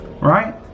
Right